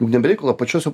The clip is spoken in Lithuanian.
juk ne be reikalo pačiose